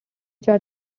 chart